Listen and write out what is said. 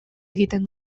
egiten